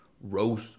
wrote